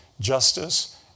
justice